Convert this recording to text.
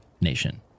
nation